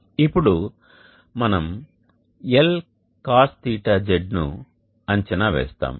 ఇప్పుడు మనం LcosθZ ను అంచనా వేస్తాము